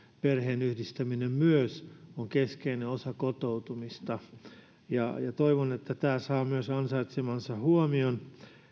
perheenyhdistäminen on myös keskeinen osa kotoutumista toivon että myös tämä saa ansaitsemansa huomion